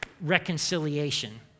reconciliation